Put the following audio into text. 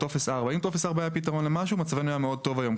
טופס 4. אם טופס 4 היה פתרון למשהו מצבנו היה מאוד טוב היום.